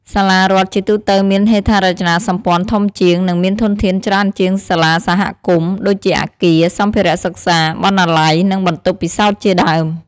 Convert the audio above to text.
សាលារដ្ឋជាទូទៅមានហេដ្ឋារចនាសម្ព័ន្ធធំជាង និងមានធនធានច្រើនជាងសាលាសហគមន៍ ដូចជាអាគារ សម្ភារៈសិក្សា បណ្ណាល័យ និងបន្ទប់ពិសោធន៍ជាដើម។